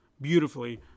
beautifully